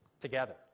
together